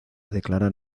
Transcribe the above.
declarar